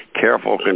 careful